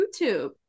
YouTube